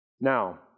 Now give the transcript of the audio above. Now